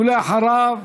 ואחריו,